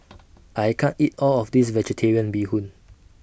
I can't eat All of This Vegetarian Bee Hoon